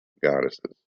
goddesses